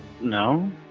No